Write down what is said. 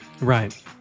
Right